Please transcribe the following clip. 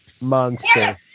monster